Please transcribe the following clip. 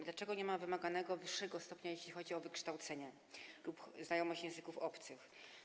Dlaczego nie ma wymogu wyższego stopnia, jeśli chodzi o wykształcenie lub znajomość języków obcych?